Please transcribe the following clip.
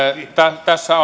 tässä